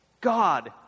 God